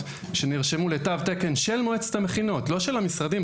שנרשמו לתו תקן של מעצת המכינות לא של המשרדים,